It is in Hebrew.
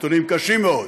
נתונים קשים מאוד.